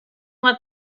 let